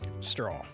Straw